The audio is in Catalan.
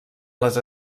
les